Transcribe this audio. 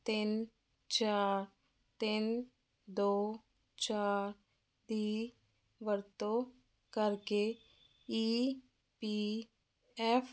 ਤਿੰਨ ਚਾਰ ਤਿੰਨ ਦੋ ਚਾਰ ਦੀ ਵਰਤੋਂ ਕਰਕੇ ਈ ਪੀ ਐਫ